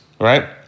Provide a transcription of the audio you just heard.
right